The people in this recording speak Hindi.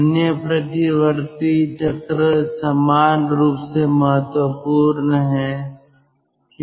अन्य प्रतिवर्ती चक्र समान रूप से महत्वपूर्ण हैं